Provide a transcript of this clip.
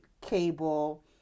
cable